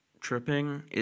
tripping